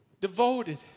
devoted